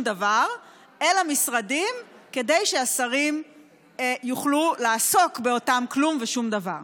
דבר אל המשרדים כדי שהשרים יוכלו לעסוק באותו כלום ושום דבר.